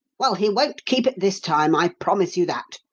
well, he won't keep it this time i promise you that!